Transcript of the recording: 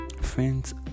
friends